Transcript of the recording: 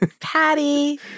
Patty